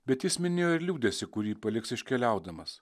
bet jis minėjo ir liūdesį kurį paliks iškeliaudamas